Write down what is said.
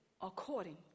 according